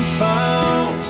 found